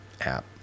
app